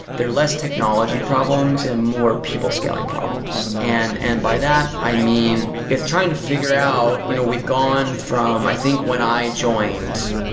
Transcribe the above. they're less technology problems and more people scaling problems. and and by that, i mean, it's trying to figure out you know we've gone from i think when i joined,